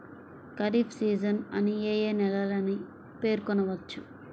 Kharif season అని ఏ ఏ నెలలను పేర్కొనవచ్చు?